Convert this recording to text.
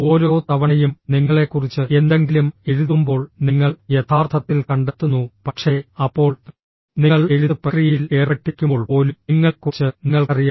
ഓരോ തവണയും നിങ്ങളെക്കുറിച്ച് എന്തെങ്കിലും എഴുതുമ്പോൾ നിങ്ങൾ യഥാർത്ഥത്തിൽ കണ്ടെത്തുന്നു പക്ഷേ അപ്പോൾ നിങ്ങൾ എഴുത്ത് പ്രക്രിയയിൽ ഏർപ്പെട്ടിരിക്കുമ്പോൾ പോലും നിങ്ങളെക്കുറിച്ച് നിങ്ങൾക്കറിയാം